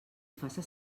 faça